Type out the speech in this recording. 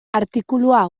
artikulua